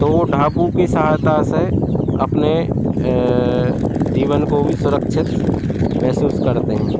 तो वे ढापू की सहायता से अपने जीवन को भी सुरक्षित महसूस करते हैं